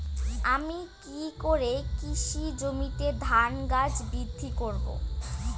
আমি কী করে কৃষি জমিতে ধান গাছ বৃদ্ধি করব?